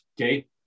okay